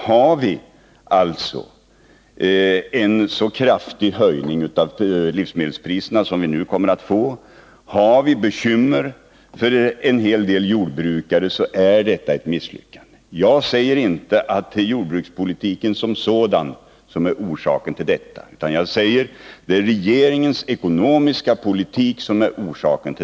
Det är ju ett misslyckande när vi får en så kraftig höjning av livsmedelspriserna och när vi har bekymmer för en hel del jordbrukare. Jag säger inte att det är jordbrukspolitiken som sådan som är orsaken till detta, utan jag säger att orsaken är regeringens ekonomiska politik.